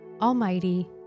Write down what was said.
Almighty